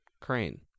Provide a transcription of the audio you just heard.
crane